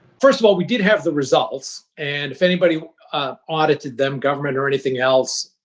first of all, we did have the results. and if anybody audited them, government, or anything else,